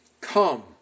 Come